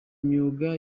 myuga